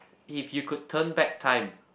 if you could turn back time